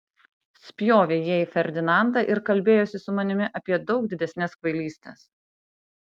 spjovė jie į ferdinandą ir kalbėjosi su manimi apie daug didesnes kvailystes